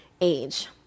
age